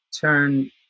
turn